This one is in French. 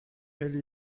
elle